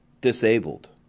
disabled